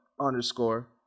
underscore